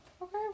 Okay